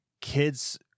kids